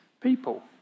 people